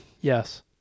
Yes